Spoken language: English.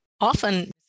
often